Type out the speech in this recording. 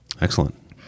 Excellent